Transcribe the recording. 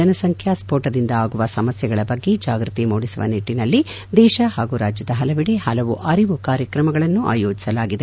ಜನಸಂಖ್ಯಾ ಸ್ಫೋಟದಿಂದ ಆಗುವ ಸಮಸ್ಕೆಗಳ ಬಗ್ಗೆ ಜಾಗೃತಿ ಮೂಡಿಸುವ ನಿಟ್ಟಿನಲ್ಲಿ ದೇಶ ಪಾಗೂ ರಾಜ್ಕದ ಪಲವೆಡೆ ಪಲವು ಅರಿವು ಕಾರ್ಯಕ್ರಮಗಳನ್ನು ಆಯೋಜಿಸಲಾಗಿದೆ